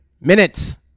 minutes